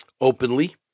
openly